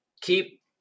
keep